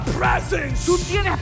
presence